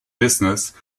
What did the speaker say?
business